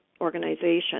organization